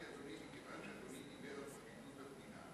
כיוון שאדוני דיבר על פרקליטות המדינה,